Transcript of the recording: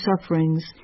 sufferings